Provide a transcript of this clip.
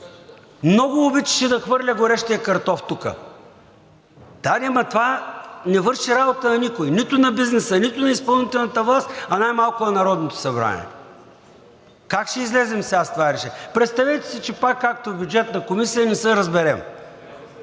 много обичаше да хвърля горещия картоф тук. Да де, но това не върши работа на никого – нито на бизнеса, нито на изпълнителната власт, а най-малко на Народното събрание. Как ще излезем сега с това решение? Представете си, че пак, както в Бюджетната комисия, не се разберем.